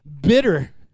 bitter